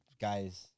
guys